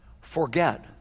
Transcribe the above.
forget